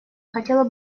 хотела